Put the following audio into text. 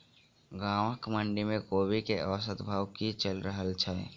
गाँवक मंडी मे कोबी केँ औसत भाव की चलि रहल अछि?